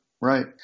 right